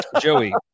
joey